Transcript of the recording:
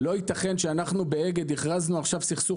לא ייתכן שאנחנו באגד הכרזנו עכשיו על סכסוך